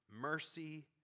mercy